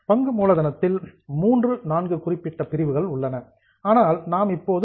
பங்கு மூலதனத்தில் மூன்று நான்கு குறிப்பிட்ட பிரிவுகள் உள்ளன ஆனால் நாம் இப்போது அதைப் பற்றி விவாதிக்க போவதில்லை